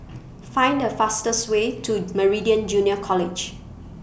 Find The fastest Way to Meridian Junior College